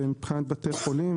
ומבחינת בתי החולים,